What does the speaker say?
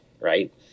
right